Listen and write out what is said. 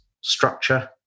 structure